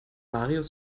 marius